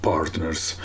Partners